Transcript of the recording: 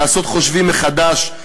לעשות חושבים מחדש,